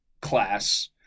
class